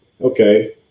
Okay